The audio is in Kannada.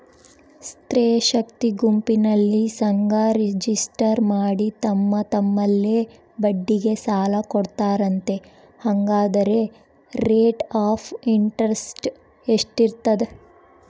ಸ್ತ್ರೇ ಶಕ್ತಿ ಗುಂಪಿನಲ್ಲಿ ಸಂಘ ರಿಜಿಸ್ಟರ್ ಮಾಡಿ ತಮ್ಮ ತಮ್ಮಲ್ಲೇ ಬಡ್ಡಿಗೆ ಸಾಲ ಕೊಡ್ತಾರಂತೆ, ಹಂಗಾದರೆ ರೇಟ್ ಆಫ್ ಇಂಟರೆಸ್ಟ್ ಎಷ್ಟಿರ್ತದ?